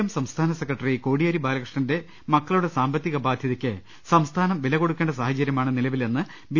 M സംസ്ഥാന secretary Kodiyeri ബാലകൃ ഷ്ണന്റെ മക്കളുടെ സാമ്പത്തിക ബാധ്യതയ്ക്ക് സംസ്ഥാനം വില കൊടുക്കേണ്ട സാഹചര്യമാണ് നിലവിലെന്ന് ബി